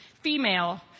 female